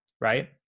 right